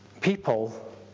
people